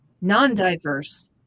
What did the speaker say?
non-diverse